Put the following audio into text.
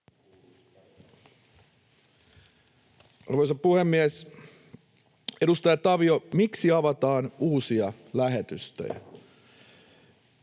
Arvoisa puhemies! Edustaja Tavio: Miksi avataan uusia lähetystöjä?